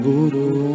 Guru